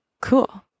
Cool